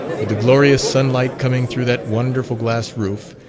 with the glorious sunlight coming through that wonderful glass roof,